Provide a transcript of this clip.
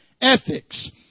ethics